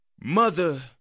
mother